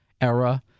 era